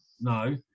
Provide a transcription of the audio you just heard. no